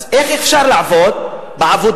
אז איך אפשר לעבוד בעבודה,